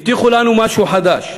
הבטיחו לנו משהו חדש,